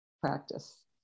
practice